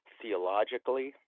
theologically